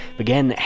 began